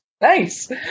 Nice